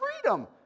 freedom